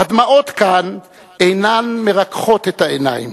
"'הדמעות כאן אינן מרככות את העיניים',